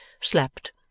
slept